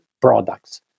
products